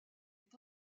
est